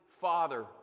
father